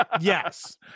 Yes